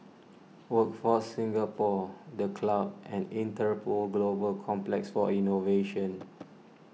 Workforce Singapore the Club and Interpol Global Complex for Innovation